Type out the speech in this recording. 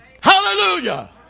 Hallelujah